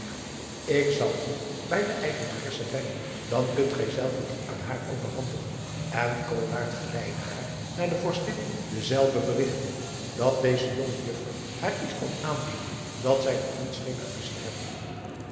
ik zal u bij de eigenaresse brengen dan kunt gij zelve dien aan haar overhandigen en koolaart geleidde haar naar de vorstin dezelve berigtende dat deze jonge juffer haar iets kwam aanbieden dat zij nog niet scheen gemist te hebadriaan